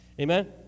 Amen